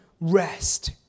rest